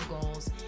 goals